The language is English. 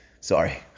sorry